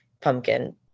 pumpkin